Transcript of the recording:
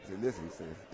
Listen